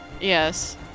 Yes